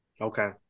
Okay